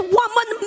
woman